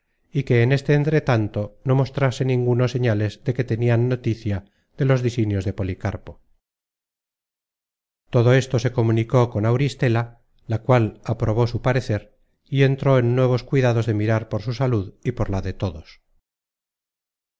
y que en este entretanto no mostrase ninguno señales de que tenian noticia de los disinios de policarpo todo esto se comunicó con auristela la cual aprobó su parecer y entró en nuevos cuidados de mirar por su salud y por la de todos